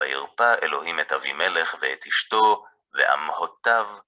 וירפא אלוהים את אבי מלך, ואת אשתו, ואמהותיו.